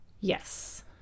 Yes